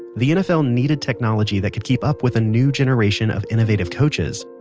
the nfl needed technology that could keep up with a new generation of innovative coaches.